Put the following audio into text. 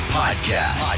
podcast